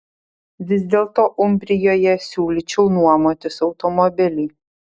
vis dėlto umbrijoje siūlyčiau nuomotis automobilį